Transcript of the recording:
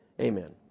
amen